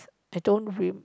I don't re~